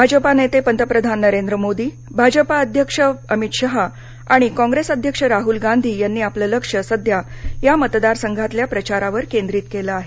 भाजपा नेते पंतप्रधान नरेंद्र मोदी भाजपा अध्यक्ष अमित शहा आणि कॉप्रेस अध्यक्ष राहुल गांधी यांनी आपलं लक्ष सध्या या मतदारसंघातल्या प्रचारावर केंद्रित केलं आहे